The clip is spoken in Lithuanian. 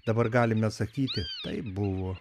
dabar galime sakyti taip buvo